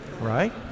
right